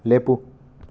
ꯂꯦꯞꯄꯨ